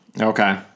Okay